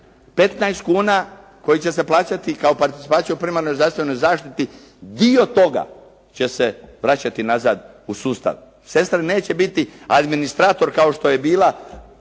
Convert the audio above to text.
15 kuna koje će se plaćati kao participacija u primarnoj zdravstvenoj zaštiti, dio toga će se vraćati nazad u sustav. Sestra neće biti administrator kao što je bila